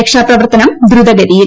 രക്ഷാപ്രവർത്തനം ദ്രുതഗതിയിൽ